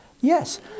Yes